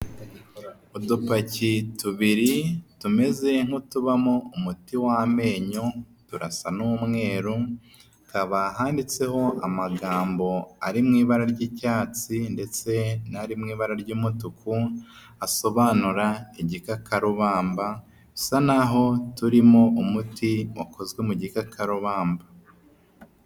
Udupaki tubiri tumeze nk'utubamo umuti w'amenyo turasa n'umweru, hakaba handitseho amagambo ari mu ibara ry'icyatsi ndetse n'ari mu ibara ry'umutuku asobanura igikakarubamba, bisa naho turimo umuti wakozwe mu gikakarubamba.